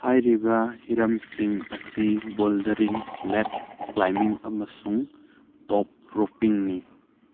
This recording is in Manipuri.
ꯍꯥꯏꯔꯤꯕ ꯍꯤꯔꯝꯁꯤꯡ ꯑꯁꯤ ꯕꯣꯜꯗꯔꯤꯡ ꯂꯦꯠ ꯀ꯭ꯂꯥꯏꯝꯕꯤꯡ ꯑꯃꯁꯨꯡ ꯇꯣꯞ ꯔꯨꯄꯤꯡꯅꯤ